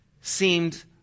seemed